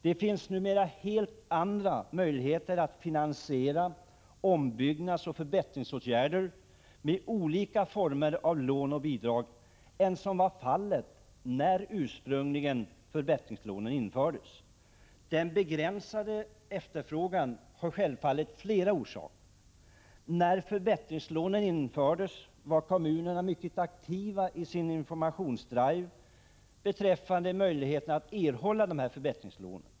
Det finns numera andra möjligheter att finansiera ombyggnadsoch förbättringsåtgärder med olika former av lån och bidrag än vad som var fallet när förbättringslånen ursprungligen infördes. Den begränsade efterfrågan har självfallet flera orsaker. När förbättringslånen infördes var kommunerna mycket aktiva i sina informationsinsatser beträffande möjligheterna att erhålla lånen.